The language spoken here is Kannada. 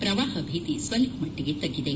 ಪ್ರವಾಹ ಭೀತಿ ಸ್ವಲ್ವ ಮಟ್ಟಿಗೆ ತಗ್ಗಿದೆ